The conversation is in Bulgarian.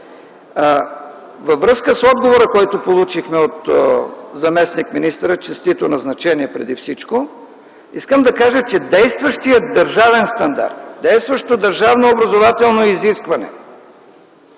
Във връзка с отговора, който получихме от заместник-министъра, честито назначение преди всичко, искам да кажа, че действащият държавен стандарт, действащото държавно образователно изискване